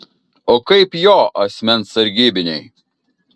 o kaip jo asmens sargybiniai